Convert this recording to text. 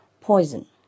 poison